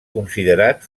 considerat